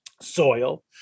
soil